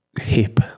hip